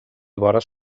vores